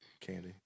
Candy